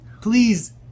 Please